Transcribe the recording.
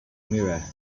mirror